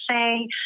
say